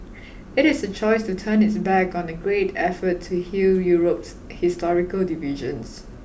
it is a choice to turn its back on the great effort to heal Europe's historical divisions